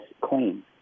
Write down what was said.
clean